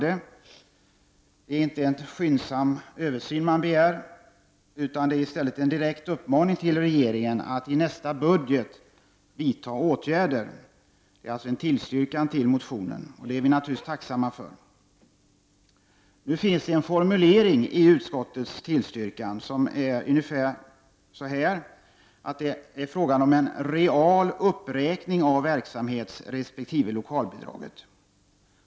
Det är inte en skyndsam översyn utskottet begär utan det är i stället en direkt uppmaning till regeringen att i nästa budget vidta åtgärder. Det innebär alltså en tillstyrkan av motionen, vilket vi motionärer naturligtvis är tacksamma för. Det finns en formulering i utskottets tillstyrkan om att det är fråga om en real uppräkning av verksamhetsresp. lokalbidraget.